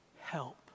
help